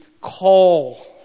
call